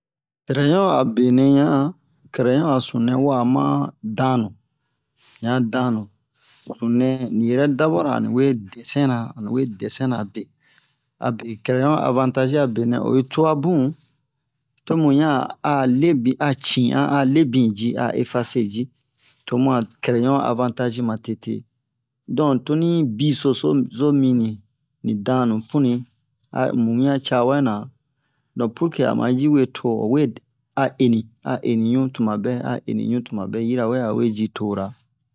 crɛyon a benɛ yan crɛyon a sunu nɛ wa'a danu ni a danu sununɛ in yɛrɛ dabora ani we dɛsin na ni we dɛsin na be abe crɛyon avantagi a benɛ oyi tua bun to mu yan a lebi a ci'an a lebi ji a efase ji to mu a crɛyon avantagi ma tete don toni biso so zo mini ni danu punu'i a mu wian ca wɛ na don purke a ma ji we to o we a eni a eni ɲu tumabɛ a eni ɲu tumabɛ yirawe a we ji tora